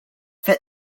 fit